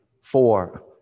four